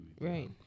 Right